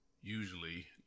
usually